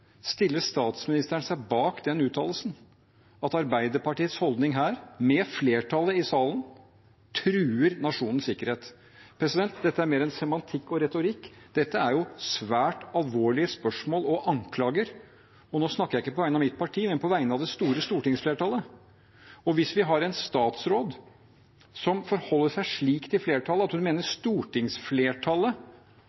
Stiller statsministeren seg bak den uttalelsen om at Arbeiderpartiets holdning her – med flertallet i salen – truer nasjonens sikkerhet? Dette er mer enn semantikk og retorikk. Dette er svært alvorlige spørsmål og anklager – og nå snakker jeg ikke på vegne av mitt parti, men på vegne av det store stortingsflertallet – og hvis vi har en statsråd som forholder seg slik til flertallet, at hun mener